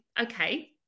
Okay